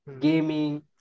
gaming